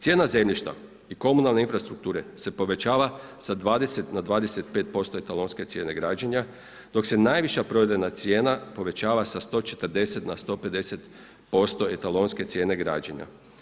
Cijena zemljišta i komunalne infrastrukture se povećava sa 20 na 25% etalonske cijene građenja dok se najviša provedena cijena povećava sa 140 na 150% etalonske cijene građenja.